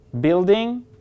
building